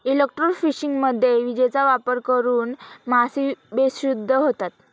इलेक्ट्रोफिशिंगमध्ये विजेचा वापर करून मासे बेशुद्ध होतात